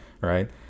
right